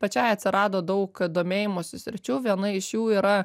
pačiai atsirado daug domėjimosi sričių viena iš jų yra